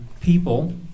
people